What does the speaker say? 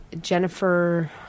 Jennifer